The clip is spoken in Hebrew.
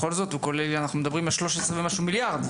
בכל זאת מדבר על 13 ומשהו מיליארד.